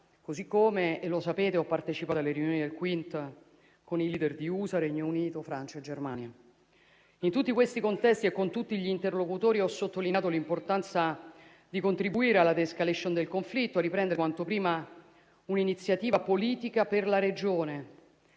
così come - lo sapete - ho partecipato alle riunioni del Quint con i *leader* di USA, Regno Unito, Francia e Germania. In tutti questi contesti e con tutti gli interlocutori ho sottolineato l'importanza di contribuire alla *de-escalation* del conflitto, a riprendere quanto prima un'iniziativa politica per la Regione,